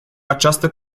această